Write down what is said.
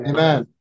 Amen